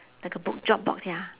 like a book drop box ya